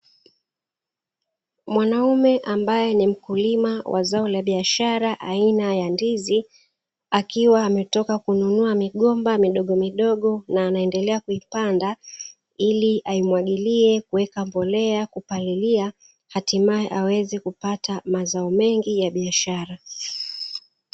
Mwanaume ambaye ni mkulima wa zao la biashara aina ya ndizi, akiwa ametoka kununua migomba midogomidogo na anaendelea kuipanda ili aimwagilie, kuweka mbolea, kupalilia; hatimaye aweze kupata mazao mengi ya biashara.